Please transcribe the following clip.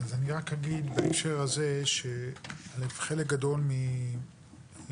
בהקשר הזה אני רק אגיד שחלק גדול מהצבעות